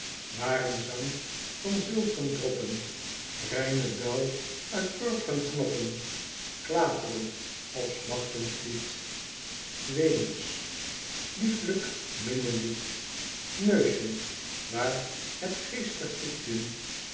waar een zing van zilvren droppen reine dauw uit purpren knoppen klaterend of smachtend vliet weemoeds lieflijk minnelied neusjen waar het geestig